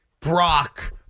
Brock